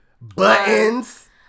Buttons